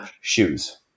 shoes